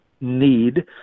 need